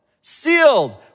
sealed